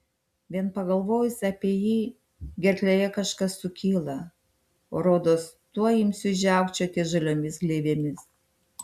vien pagalvojus apie jį gerklėje kažkas sukyla rodos tuoj imsiu žiaukčioti žaliomis gleivėmis